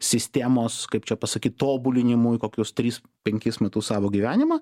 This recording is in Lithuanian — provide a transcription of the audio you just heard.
sistemos kaip čia pasakyt tobulinimui kokius tris penkis metus savo gyvenimą